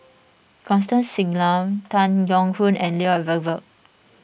Constance Singam Tan Keong Choon and Lloyd Valberg